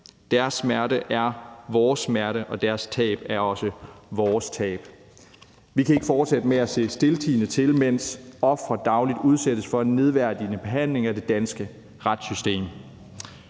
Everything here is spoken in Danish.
Deres smerte er vores smerte, og deres tab er også vores tab. Vi kan ikke fortsætte med at se stiltiende til, mens ofre dagligt udsættes for en nedværdigende behandling af det danske retssystem.